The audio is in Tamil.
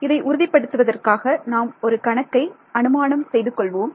இதை உறுதிப்படுத்துவதற்காக நாம் ஒரு கணக்கை அனுமானம் செய்து கொள்வோம்